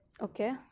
okay